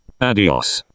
Adios